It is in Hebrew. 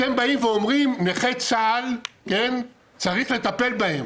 אתם אומרים, נכי צה"ל, צריך לטפל בהם.